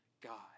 God